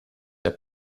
der